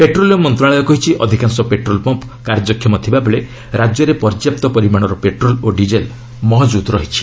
petroleum ମନ୍ତଶାଳୟ କହିଛି ଅଧିକାଂଶ ପେଟ୍ରୋଲ୍ ପମ୍ପ କାର୍ଯ୍ୟକ୍ଷମ ଥିବାବେଳେ ରାଜ୍ୟରେ ପର୍ଯ୍ୟାପ୍ତ ପରିମାଣର ପେଟ୍ରୋଲ୍ ଓ ଡିଜେଲ୍ ମହଜୁଦ୍ ରହିଛି